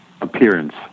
appearance